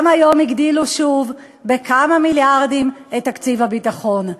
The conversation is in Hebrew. גם היום הגדילו שוב בכמה מיליארדים את תקציב הביטחון.